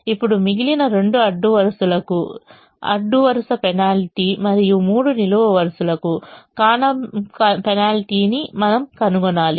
ఇప్పుడు మిగిలిన రెండు అడ్డు వరుసలకు అడ్డు వరుస పెనాల్టీ మరియు మూడు నిలువు వరుసలకు కాలమ్ పెనాల్టీని మనం కనుగొనాలి